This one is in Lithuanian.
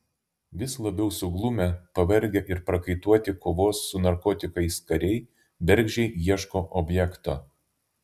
vis labiau suglumę pavargę ir prakaituoti kovos su narkotikais kariai bergždžiai ieško objekto